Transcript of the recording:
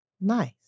Nice